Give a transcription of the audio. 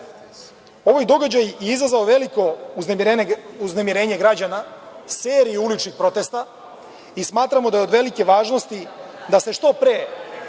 događaj je izazvao veliko uznemirenje građana, seriju uličnih protesta i smatramo da je od velike važnosti da se što pre